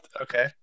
Okay